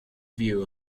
view